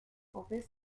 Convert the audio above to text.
opus